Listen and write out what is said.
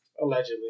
Allegedly